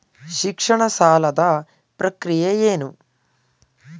ಶಿಕ್ಷಣ ಸಾಲದ ಪ್ರಕ್ರಿಯೆ ಏನು?